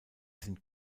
sind